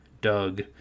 Doug